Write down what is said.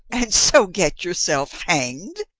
and so get yourself hanged!